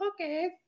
Okay